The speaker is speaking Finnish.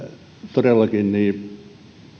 todellakin